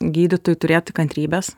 gydytojui turėti kantrybės